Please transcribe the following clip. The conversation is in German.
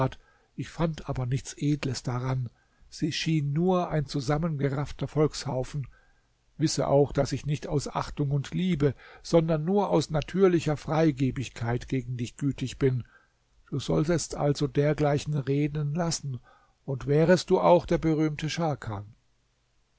ich fand aber nichts edles daran sie schien nur ein zusammengeraffter volkshaufen wisse auch daß ich nicht aus achtung und liebe sondern nur aus natürlicher freigebigkeit gegen dich gütig bin du solltest also dergleichen reden lassen und wärest du auch der berühmte scharkan